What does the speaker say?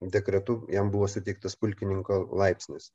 dekretu jam buvo suteiktas pulkininko laipsnis